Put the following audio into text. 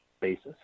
basis